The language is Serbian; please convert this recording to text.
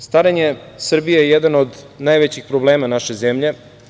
Starenje Srbije je jedan od najvećih problema naše zemlje.